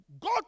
God